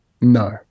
No